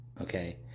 okay